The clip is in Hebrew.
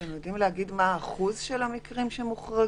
אתם יודעים להגיד מה האחוז של המקרים שמוחרגים?